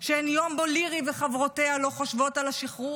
שאין יום שבו לירי וחברותיה לא חושבות על השחרור,